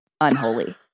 Unholy